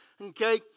okay